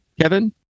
Kevin